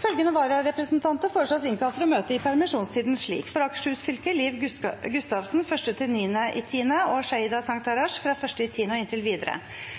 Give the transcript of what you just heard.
Følgende vararepresentanter innkalles for å møte i permisjonstiden: For Akershus fylke: Liv Gustavsen 1.–9. oktober og Sheida Sangtarash 1. oktober og inntil videre